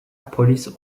polis